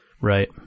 Right